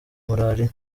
malariya